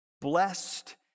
Blessed